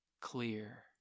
clear